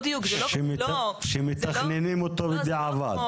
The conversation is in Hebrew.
שמתכננים אותו בדיעבד.